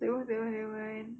that [one] that [one] nevermind